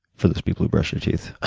for those people who brush their teeth.